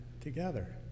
together